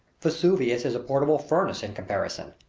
vesuvius is a portable furnace in comparison.